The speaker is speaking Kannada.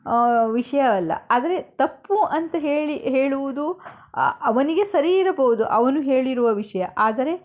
ವಿಷಯವಲ್ಲ ಆದರೆ ತಪ್ಪು ಅಂತ ಹೇಳಿ ಹೇಳುವುದು ಅವನಿಗೆ ಸರಿ ಇರಬಹುದು ಅವನು ಹೇಳಿರುವ ವಿಷಯ ಆದರೆ